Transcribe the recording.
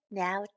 now